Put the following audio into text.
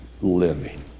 living